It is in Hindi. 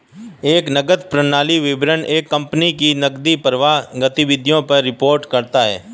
एक नकदी प्रवाह विवरण एक कंपनी की नकदी प्रवाह गतिविधियों पर रिपोर्ट करता हैं